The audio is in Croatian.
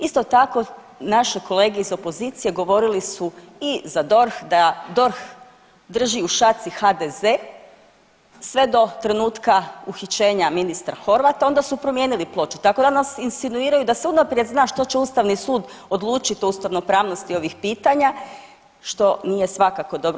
Isto tako naše kolege iz opozicije govorili su i za DORH da DORH drži u šaci HDZ sve do trenutka uhićenja ministra Horvata, onda su promijenili ploču tako danas insinuiraju da se unaprijed zna što će ustavni sud odlučiti o ustavnopravnosti ovih pitanja što nije svakako dobro.